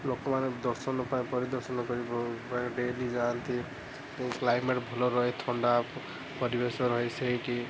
ଲୋକମାନେ ଦର୍ଶନ ବା ପରିଦର୍ଶନ କରି ଡେଲି ଯାଆନ୍ତି ଏହି କ୍ଲାଇମେଟ୍ ଭଲ ରୁହେ ଥଣ୍ଡା ପରିବେଶ ରହେ ସେଇଠି